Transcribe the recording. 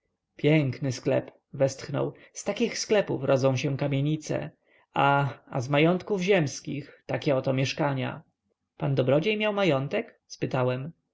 piękny sklep westchnął z takich sklepów rodzą się kamienice a a z majątków ziemskich takie oto mieszkania pan dobrodziej miał majątek spytałem